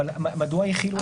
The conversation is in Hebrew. אבל מדוע החילו את זה אז?